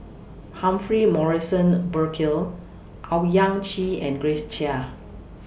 Humphrey Morrison Burkill Owyang Chi and Grace Chia